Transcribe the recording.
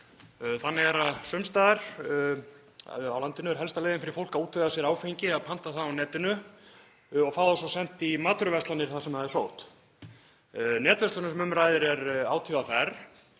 Þannig er að sums staðar á landinu er helsta leiðin fyrir fólk að útvega sér áfengi að panta það á netinu og fá það sent í matvöruverslanir þar sem það er sótt. Netverslunin sem um ræðir er ÁTVR. Í